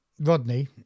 Rodney